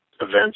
events